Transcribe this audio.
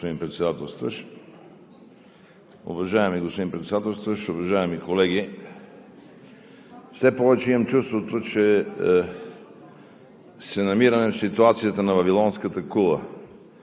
уважаеми колеги! Все повече имам чувството, че се намираме в ситуацията на Вавилонската кула.